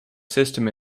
system